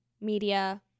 media